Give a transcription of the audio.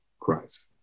Christ